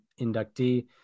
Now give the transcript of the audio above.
inductee